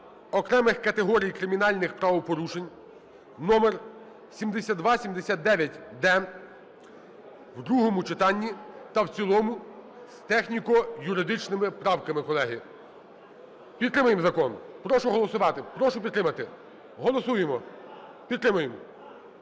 окремих категорій кримінальних правопорушень (№7279-д) в другому читанні та в цілому з техніко-юридичними правками, колеги. Підтримаємо закон, прошу голосувати, прошу підтримати. Голосуємо, підтримуємо